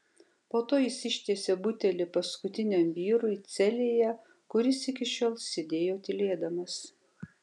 po to jis ištiesė butelį paskutiniam vyrui celėje kuris iki šiol sėdėjo tylėdamas